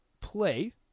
play